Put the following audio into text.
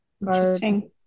interesting